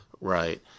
right